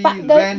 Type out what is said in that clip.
but the